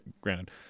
granted